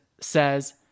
says